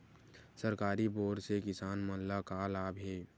सरकारी बोर से किसान मन ला का लाभ हे?